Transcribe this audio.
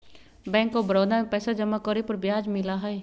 bank of Baroda में पैसा जमा करे पर ब्याज मिला हई